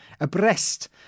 abreast